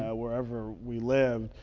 yeah wherever we lived.